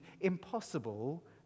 impossible